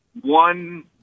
one